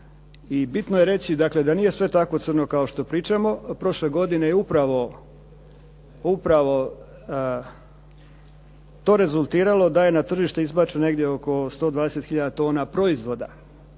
i bitno je reći da nije sve tako crno kao pričamo. Prošle godine je upravo to rezultiralo da je na tržište izbačeno negdje oko 120 hiljada tona proizvoda.